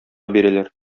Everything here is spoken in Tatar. бирәләр